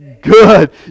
Good